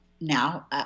now